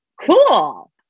cool